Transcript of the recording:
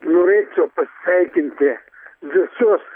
norėčiau pasveikinti visus